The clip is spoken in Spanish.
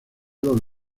los